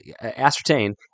ascertain